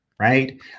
Right